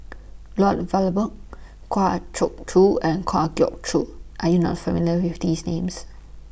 Lloyd Valberg Kwa Choo and Kwa Geok Choo Are YOU not familiar with These Names